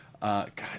God